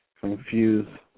Confuse